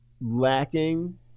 lacking